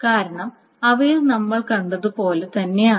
കാരണം അവയിൽ നമ്മൾ കണ്ടതുപോലെ തന്നെയാണ്